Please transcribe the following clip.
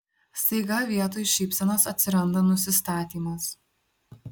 staiga vietoj šypsenos atsiranda nusistatymas